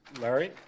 Larry